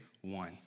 one